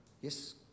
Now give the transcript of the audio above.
yes